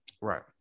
Right